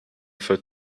for